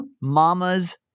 Mama's